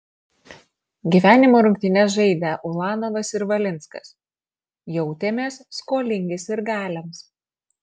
gyvenimo rungtynes žaidę ulanovas ir valinskas jautėmės skolingi sirgaliams